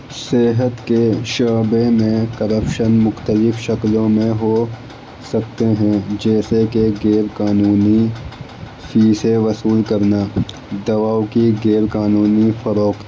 صحت کے شعبے میں کرپشن مختلف شکلوں میں ہو سکتے ہیں جیسے کہ غیر قانونی فیسیں وصول کرنا دواؤں کی غیر قانونی فروخت